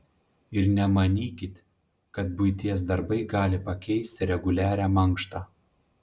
ir nemanykit kad buities darbai gali pakeisti reguliarią mankštą